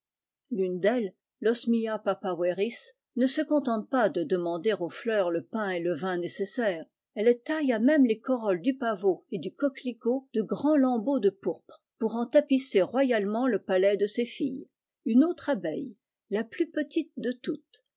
l'une d'elles vosmia fkzpaverisj ne se contente pas de demander aux fleurs le pain et le vin nécessaires elle taille à ne les corolles du pavot et du coquelicot de nds lambeaux de pourpre pour en tapisser royalement le palais de ses filles une autre abeille la plus petite de toutes